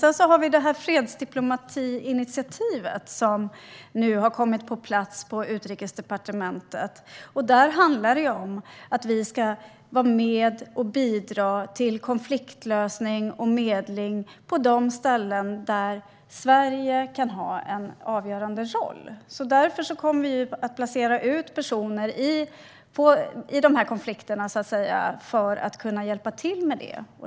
Sedan har vi fredsdiplomatiinitiativet som nu har kommit på plats på Utrikesdepartementet. Det handlar om att vi ska vara med och bidra till konfliktlösning och medling på de ställen där Sverige kan ha en avgörande roll. Därför kommer vi att placera ut personer i dessa konfliktländer för att hjälpa till med det.